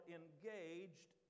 engaged